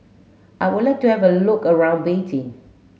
I would like to have a look around Beijing